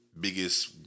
biggest